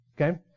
Okay